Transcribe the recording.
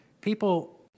People